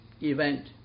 event